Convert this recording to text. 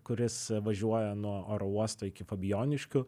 kuris važiuoja nuo oro uosto iki fabijoniškių